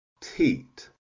teat